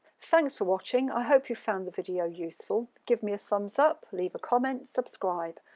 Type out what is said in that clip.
thanks for watching i hope you've found the video useful give me a thumbs up, leave a comment subscribe.